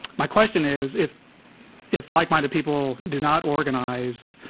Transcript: my question is, if if like-minded people do not organize,